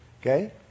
okay